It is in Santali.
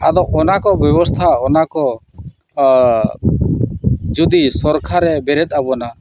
ᱟᱫᱚ ᱚᱱᱟ ᱠᱚ ᱵᱮᱵᱚᱥᱛᱷᱟ ᱚᱱᱟ ᱠᱚ ᱡᱩᱫᱤ ᱥᱚᱨᱠᱟᱨᱮ ᱵᱮᱨᱮᱫ ᱟᱵᱚᱱᱟ